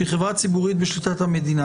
שהיא חברה ציבורית בשליטת המדינה,